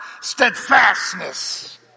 Steadfastness